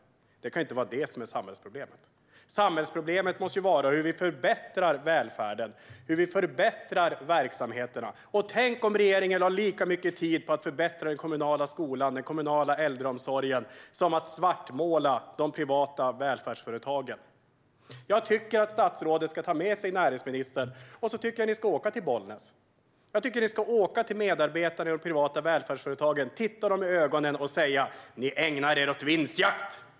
Detta kan ju inte vara ett samhällsproblem. Samhällsproblemet måste vara hur vi förbättrar välfärden och verksamheterna. Tänk om regeringen lade lika mycket tid på att förbättra den kommunala skolan och äldreomsorgen som att svartmåla de privata välfärdsföretagen! Jag tycker att statsrådet ska ta med sig näringsministern och åka till Bollnäs. Jag tycker att ni ska åka till medarbetare inom de privata välfärdsföretagen, se dem i ögonen och säga: Ni ägnar er åt vinstjakt.